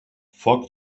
foc